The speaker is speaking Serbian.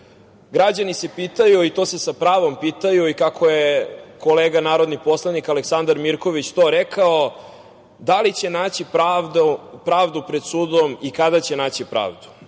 Građani se pitaju i to se sa pravom pitaju i kako je kolega narodni poslanik Aleksandra Mirković to rekao, da li će naći pravdu pred sudom i kada će naći pravdu.